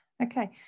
Okay